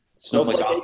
Snowflake